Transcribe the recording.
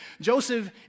Joseph